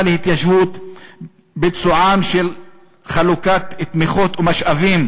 להתיישבות ביצועה של חלוקת תמיכות ומשאבים,